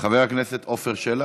חבר הכנסת עפר שלח,